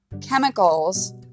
chemicals